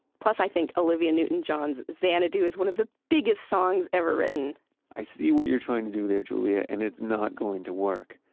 plus i think olivia newton-john's xanadu is one of the biggest songs ever written i see what you are trying to do there julia and it is not going to work.